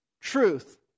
truth